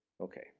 Okay